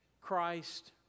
Christ